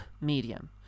medium